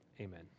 Amen